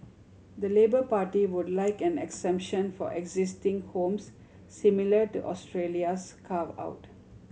the Labour Party would like an exemption for existing homes similar to Australia's carve out